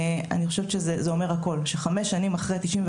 עד עכשיו לא יכולנו לפתוח את זה גם לאוכלוסיות שלא בהכרח חייבות במכינת